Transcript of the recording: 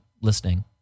listening